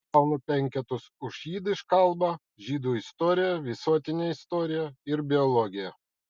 gaunu penketus už jidiš kalbą žydų istoriją visuotinę istoriją ir biologiją